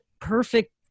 perfect